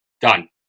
Done